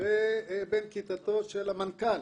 ובן כיתתו של המנכ"ל.